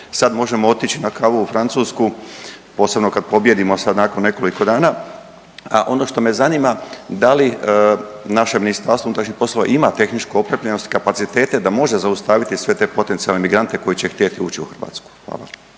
sad možemo otići na kavu u Francusku posebno kad pobijedimo sad nakon nekoliko dana. Ono što me zanima da li naše Ministarstvo unutrašnjih poslova ima tehničku opremljenost, kapacitete da može zaustaviti sve te potencijalne migrante koji će htjeti ući u Hrvatsku? Hvala.